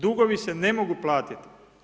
Dugovi se ne mogu platiti.